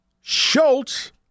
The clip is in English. Schultz